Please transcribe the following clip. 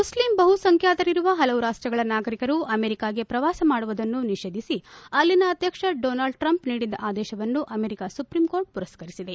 Muslim ಬಹುಸಂಖ್ಯಾತರಿರುವ ಹಲವು ರಾಷ್ಷಗಳ ನಾಗರಿಕರು ಅಮೆರಿಕಕ್ಕೆ ಪ್ರವಾಸ ಮಾಡುವುದನ್ನು ನಿಷೇಧಿಸಿ ಅಲ್ಲಿನ ಅಧ್ಯಕ್ಷ ಡೊನಾಲ್ಡ್ ಟ್ರಂಪ್ ನೀಡಿದ್ದ ಆದೇಶವನ್ನು ಅಮೆರಿಕ ಸುಪ್ರೀಂ ಕೋರ್ಟ್ ಪುರಸ್ಕರಿಸಿದೆ